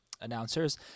announcers